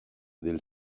del